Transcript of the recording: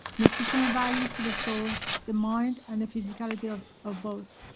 nutritional value for the soul, the mind and the physicality of of both.